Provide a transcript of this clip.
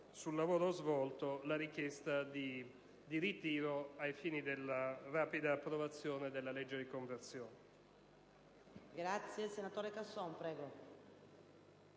sul lavoro svolto - la richiesta di ritiro degli emendamenti ai fini della rapida approvazione della legge di conversione.